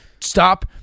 Stop